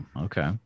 okay